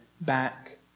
back